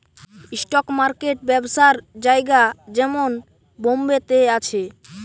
stock market ব্যবসার জায়গা যেমন বোম্বে তে আছে